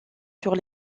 sur